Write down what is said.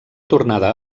tornada